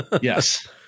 Yes